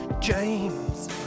James